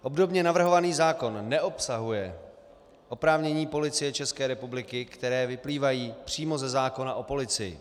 Obdobně navrhovaný zákon neobsahuje oprávnění Policie České republiky, která vyplývají přímo ze zákona o policii.